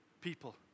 people